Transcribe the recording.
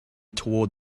toward